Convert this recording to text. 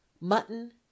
mutton